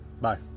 Bye